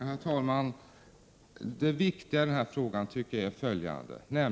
Herr talman! Det viktiga i den här frågan är följande.